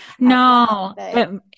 No